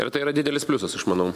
ir tai yra didelis pliusas aš manau